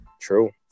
True